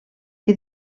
que